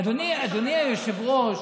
אדוני היושב-ראש,